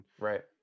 Right